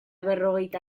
berrogeita